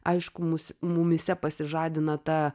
aišku mūs mumyse pasižadina ta